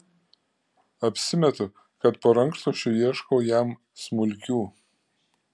apsimetu kad po rankšluosčiu ieškau jam smulkių